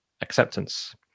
acceptance